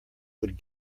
would